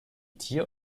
tier